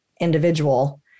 individual